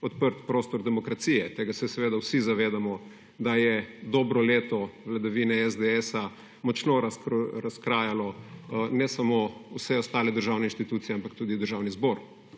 prostor demokracije, tega se seveda vsi zavedamo, da je dobro leto vladavine SDS močno razkrajalo, ne samo vseh ostalih državnih inštitucij, ampak tudi Državni zbor,